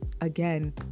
Again